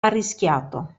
arrischiato